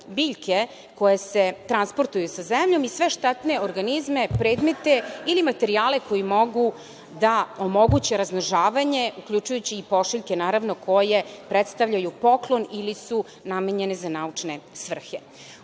biljke koje se transportuju sa zemljom i sve štetne organizme, predmete ili materijale koji mogu da omoguće razmnožavanje, uključujući i pošiljke naravno koje predstavljaju poklon ili su namenjene za naučne svrhe.U